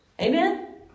Amen